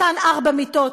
אותן ארבע מיטות,